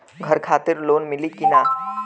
घर खातिर लोन मिली कि ना?